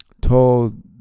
told